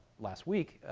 last week,